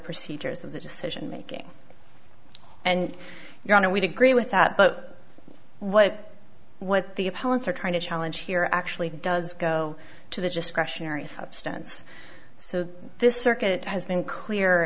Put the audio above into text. procedures of the decision making and your honor we'd agree with that but what what the opponents are trying to challenge here actually does go to the discretionary substance so this circuit has been clear